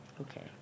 Okay